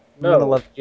No